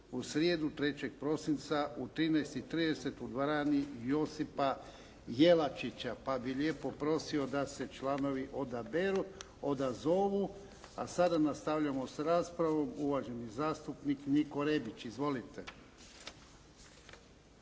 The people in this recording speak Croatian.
u srijedu 3. prosinca u 13,30 u dvorani "Josipa Jelačića", pa bih lijepo prosio da se članovi odazovu. A sada nastavljamo s raspravom, uvaženi zastupnik Niko Rebić. Izvolite.